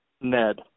Ned